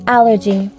Allergy